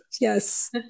Yes